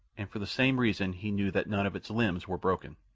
and for the same reason he knew that none of its limbs were broken.